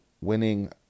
winning